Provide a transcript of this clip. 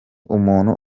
umuntu